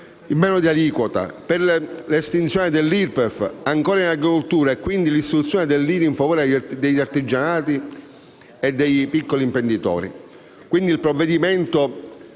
in meno di aliquota, poi l'esenzione IRPEF ancora in agricoltura e quindi l'istituzione dell'IRI in favore di artigiani e di piccoli imprenditori.